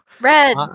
Red